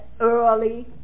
early